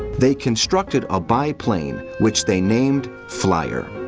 they constructed a biplane which they named flyer.